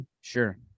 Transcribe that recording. Sure